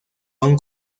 aún